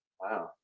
Wow